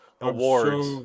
awards